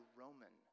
roman